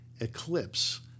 eclipse